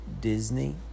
Disney